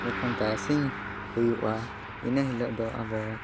ᱮᱠᱷᱚᱱ ᱛᱟᱨᱟᱥᱤᱝ ᱦᱩᱭᱩᱜᱼᱟ ᱤᱱᱟᱹ ᱦᱤᱞᱳᱜ ᱫᱚ ᱟᱵᱚ